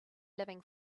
living